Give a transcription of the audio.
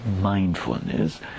mindfulness